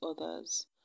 others